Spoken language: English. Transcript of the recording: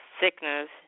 Sickness